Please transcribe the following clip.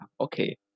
okay